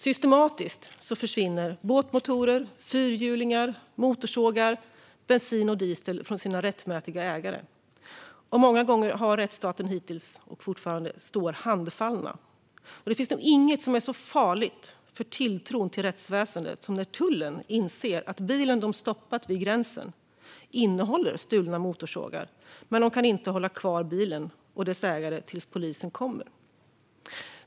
Systematiskt försvinner båtmotorer, fyrhjulingar, motorsågar samt bensin och diesel från sina rättmätiga ägare. Många gånger står rättsstaten handfallen. Det finns inget som är så farligt för tilltron till rättsväsendet som när tullen inser att bilen de stoppat vid gränsen innehåller stulna motorsågar, men bilen och dess ägare kan inte hållas kvar till dess polisen kommer.